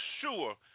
sure